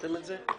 הכרתם את זה?